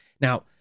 Now